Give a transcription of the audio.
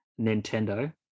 Nintendo